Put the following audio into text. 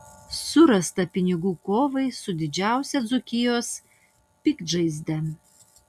surasta pinigų kovai su didžiausia dzūkijos piktžaizde